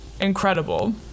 incredible